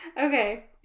Okay